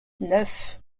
neuf